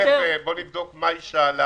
כי משרד המשפטים נתן לזה גיבוי,